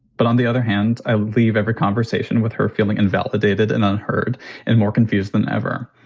but on the other hand, i leave every conversation with her feeling invalidated and unheard and more confused than ever.